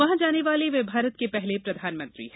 वहां जाने वाले वे भारत के पहले प्रधानमंत्री हैं